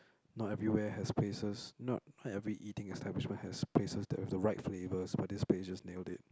not everywhere has places not not every eating establishment has places that with the right flavours but this place just nailed it